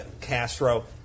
Castro